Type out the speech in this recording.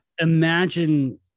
Imagine